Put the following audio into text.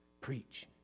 preach